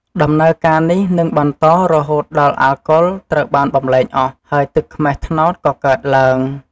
ដំណើរការនេះនឹងបន្តរហូតដល់អាល់កុលត្រូវបានបំប្លែងអស់ ហើយទឹកខ្មេះត្នោតក៏កើតឡើង។